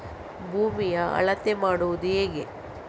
ಭೂಮಿಯ ಅಳತೆ ಮಾಡುವುದು ಹೇಗೆ?